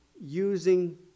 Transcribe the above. using